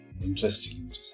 interesting